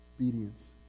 obedience